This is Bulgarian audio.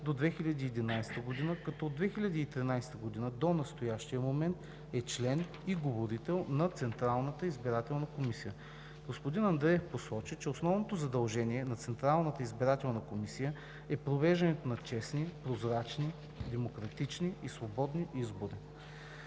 до 2011 г., като от 2013 г. до настоящия момент е член и говорител на Централната избирателна комисия. Господин Андреев посочи, че основното задължение на Централната избирателна комисия е провеждането на честни, прозрачни, демократични и свободни избори.